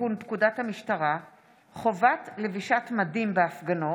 לתיקון פקודת המשטרה (חובת לבישת מדים בהפגנות),